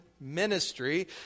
ministry